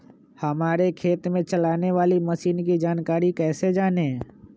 हमारे खेत में चलाने वाली मशीन की जानकारी कैसे जाने?